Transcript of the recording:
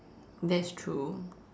that's true